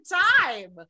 time